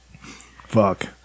Fuck